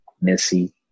Missy